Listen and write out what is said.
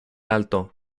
alto